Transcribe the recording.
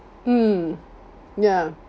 mm ya